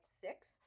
six